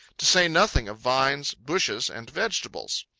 to say nothing of vines, bushes, and vegetables.